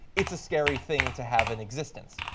it's a scary thing to have an existence.